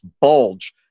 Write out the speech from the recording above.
bulge